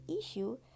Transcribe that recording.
issue